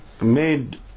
made